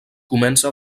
comença